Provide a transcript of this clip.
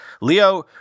Leo